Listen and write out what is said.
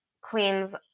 cleans